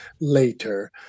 later